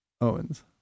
Owens